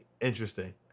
interesting